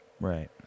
Right